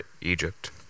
Egypt